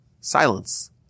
Silence